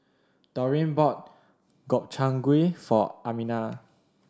Dorene bought Gobchang Gui for Amina